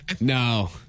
No